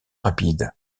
rapide